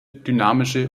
dynamische